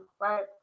right